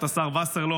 את השר וסרלאוף,